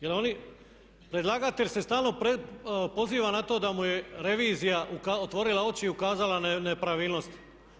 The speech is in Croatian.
Jer oni, predlagatelj se stalno poziva na to da mu je revizija otvorila oči i ukazala na nepravilnosti.